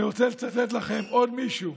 אני רוצה לצטט לכם עוד מישהו,